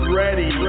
ready